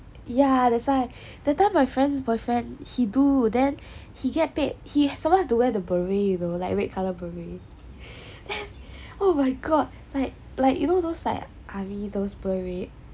ya that's why that time my friend's boyfriend he do then he get paid he has to wear the beret you know like red colour beret oh my god like like you know those army those beret